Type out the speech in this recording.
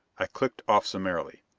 i clicked off summarily.